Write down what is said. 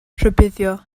rhybuddio